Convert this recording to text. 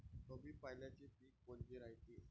कमी पाण्याचे पीक कोनचे रायते?